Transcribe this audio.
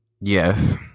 Yes